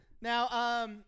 Now